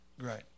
right